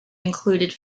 included